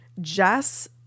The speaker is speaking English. Jess